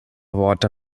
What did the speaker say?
worte